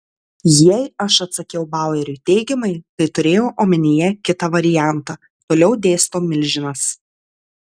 jei aš atsakiau baueriui teigiamai tai turėjau omenyje kitą variantą toliau dėsto milžinas